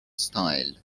style